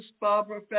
Barbara